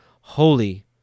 Holy